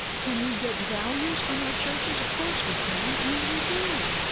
can we get values from our churches? of course we can, and we do.